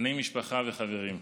בני משפחה וחברים,